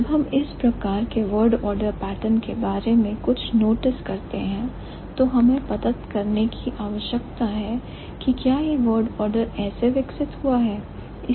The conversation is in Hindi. जब हम इस प्रकार के word order pattern के बारे में कुछ नोटिस करते हैं तो हमें पता करने की आवश्यकता है कि क्या यह word order ऐसे विकसित हुआ है